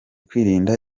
kwirinda